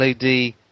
LED